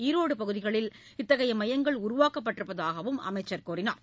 ஈரோடு பகுதிகளில் இத்தகைய மையங்கள் உருவாக்கப்பட்டிருப்பதாகவும் அவர் கூறினார்